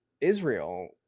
israel